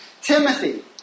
Timothy